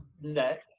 next